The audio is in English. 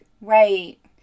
Right